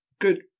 good